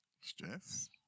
Stress